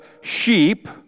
sheep